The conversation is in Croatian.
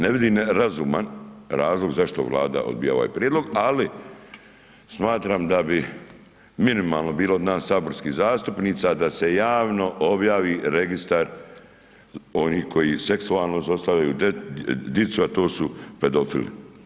Ne vidim razuman razlog zašto vlada odbija ovaj prijedlog, ali smatram da bi minimalno bili od nas saborskih zastupnica, da se javno objavi registar onih koji seksualno zlostavljaju, dica, to su pedofili.